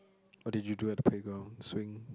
what did you do at the playground swing